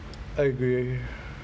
I agree